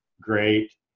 great